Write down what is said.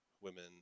women